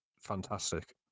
fantastic